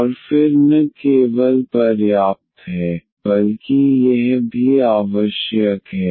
और फिर न केवल पर्याप्त है बल्कि यह भी आवश्यक है